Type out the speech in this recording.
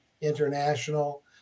International